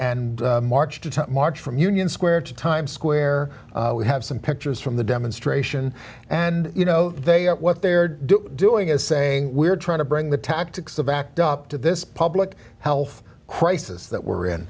to march from union square to times square we have some pictures from the demonstration and you know they are what they're doing doing is saying we're trying to bring the tactics of backed up to this public health crisis that we're in